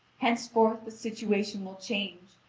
henceforth the situation will change,